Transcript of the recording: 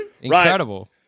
Incredible